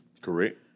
Correct